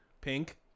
Pink